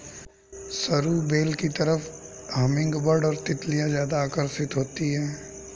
सरू बेल की तरफ हमिंगबर्ड और तितलियां ज्यादा आकर्षित होती हैं